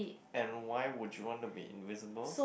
and why would you want to be invisible